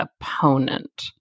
opponent